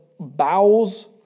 bowels